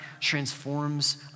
transforms